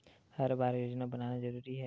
हर बार योजना बनाना जरूरी है?